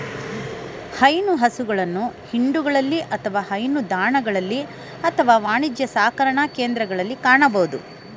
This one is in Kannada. ಹೈನು ಹಸುಗಳನ್ನು ಹಿಂಡುಗಳಲ್ಲಿ ಅಥವಾ ಹೈನುದಾಣಗಳಲ್ಲಿ ಅಥವಾ ವಾಣಿಜ್ಯ ಸಾಕಣೆಕೇಂದ್ರಗಳಲ್ಲಿ ಕಾಣಬೋದು